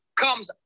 comes